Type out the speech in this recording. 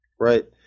Right